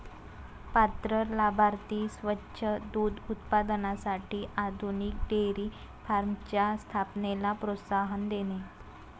पात्र लाभार्थी स्वच्छ दूध उत्पादनासाठी आधुनिक डेअरी फार्मच्या स्थापनेला प्रोत्साहन देणे